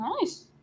Nice